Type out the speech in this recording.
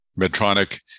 Medtronic